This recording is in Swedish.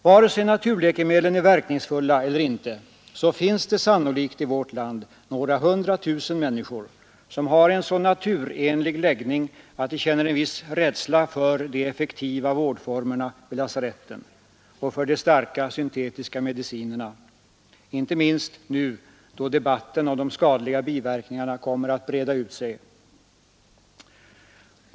Vare sig naturläkemedlen är verkningsfulla eller inte, finns det sannolikt i vårt land några hundra tusen människor som har en så naturenlig läggning att de känner en viss rädsla för de effektiva vårdformerna vid lasaretten och för de starka syntetiska medicinerna — inte minst nu då debatten om de skadliga biverkningarna kommer att breda ut sig.